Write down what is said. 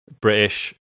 British